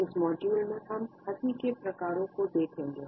इस मॉड्यूल में हम हसी के प्रकारों को देखेंगे